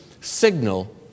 signal